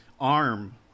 arm